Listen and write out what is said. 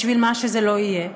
בשביל מה שזה לא יהיה.